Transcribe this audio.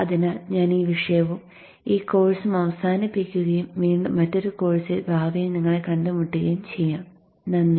അതിനാൽ ഞാൻ ഈ വിഷയവും ഈ കോഴ്സും അവസാനിപ്പിക്കുകയും വീണ്ടും മറ്റൊരു കോഴ്സിൽ ഭാവിയിൽ നിങ്ങളെ കണ്ടുമുട്ടുകയും ചെയ്യാം നന്ദി